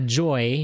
joy